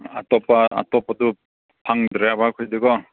ꯑꯇꯣꯞꯄ ꯑꯇꯣꯞꯄꯗꯨ ꯐꯪꯗ꯭ꯔꯦꯕ ꯑꯩꯈꯣꯏꯗꯤ ꯀꯣ